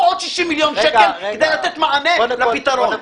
עוד 60 מיליון שקל כדי לתת מענה לפתרון.